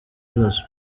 bibazo